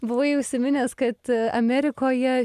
buvai užsiminęs kad amerikoje